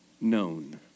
known